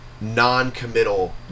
non-committal